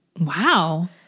Wow